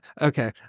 Okay